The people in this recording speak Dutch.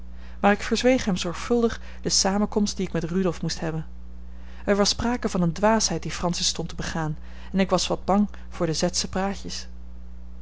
maar ik verzweeg hem zorgvuldig de samenkomst die ik met rudolf moest hebben er was sprake van eene dwaasheid die francis stond te begaan en ik was wat bang voor de z sche praatjes